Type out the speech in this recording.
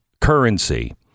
currency